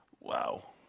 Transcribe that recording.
Wow